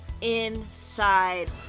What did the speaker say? inside